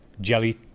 jelly